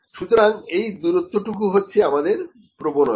সুতরাং এই দুরত্বটুকু হচ্ছে আমাদের প্রবণতা